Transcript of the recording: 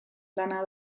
lana